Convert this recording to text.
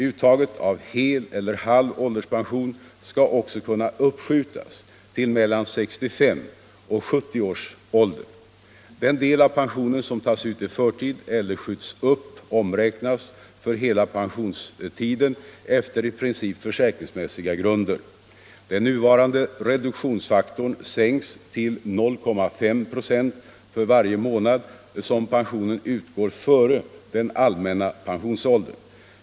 Uttaget av hel eller halv ålderspension skall också kunna uppskjutas till mellan 65 och 70 års ålder. Den del av pensionen som tas ut i förtid eller skjuts upp omräknas för hela pensionstiden efter i princip försäkringsmässiga grunder. Den nuvarande reduktionsfaktorn sänks till 0,5 96 för varje månad som pension utgår före den allmänna pensionsåldern.